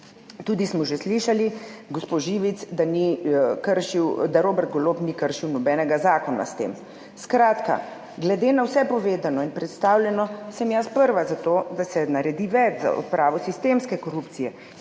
da ni kršil, da Robert Golob ni kršil nobenega zakona s tem. Skratka, glede na vse povedano in predstavljeno, sem jaz prva za to, da se naredi več za odpravo sistemske korupcije,